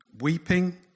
weeping